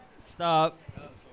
stop